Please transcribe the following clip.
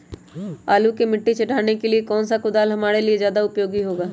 आलू पर मिट्टी चढ़ाने के लिए कौन सा कुदाल हमारे लिए ज्यादा उपयोगी होगा?